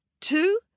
two